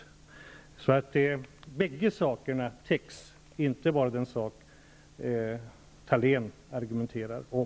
Här finns det täckning i bägge avseendena, alltså inte bara för det som Ingela Thalén argumenterar om.